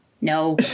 No